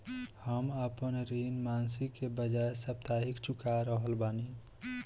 हम आपन ऋण मासिक के बजाय साप्ताहिक चुका रहल बानी